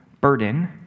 burden